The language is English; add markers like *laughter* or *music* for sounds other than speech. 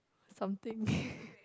something *breath*